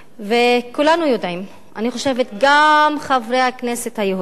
וכולנו יודעים, אני חושבת, גם חברי הכנסת היהודים